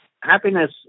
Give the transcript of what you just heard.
happiness